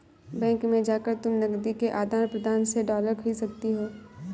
bank में जाकर तुम नकदी के आदान प्रदान से डॉलर खरीद सकती हो